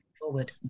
forward